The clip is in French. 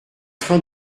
train